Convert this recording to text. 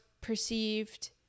perceived